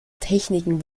techniken